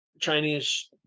Chinese